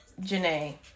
Janae